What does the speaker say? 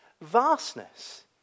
vastness